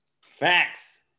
Facts